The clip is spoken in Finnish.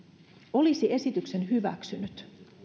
olisi esityksen hyväksynyt